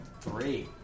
Three